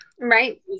Right